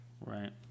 right